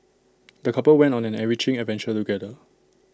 the couple went on an enriching adventure together